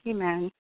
Amen